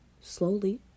slowly